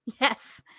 Yes